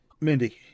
Mindy